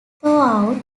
throughout